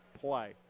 play